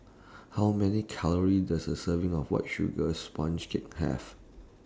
How Many Calories Does A Serving of White Sugar Sponge Cake Have